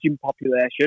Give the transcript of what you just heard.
population